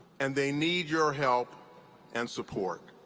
and they need your help and support.